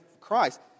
Christ